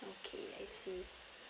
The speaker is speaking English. okay I see